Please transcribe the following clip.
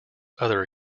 other